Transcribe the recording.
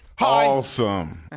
Awesome